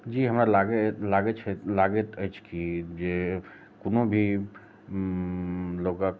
जी हमरा लागै लागै छै लागैत अछि कि जे कोनो भी लोगक